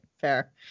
fair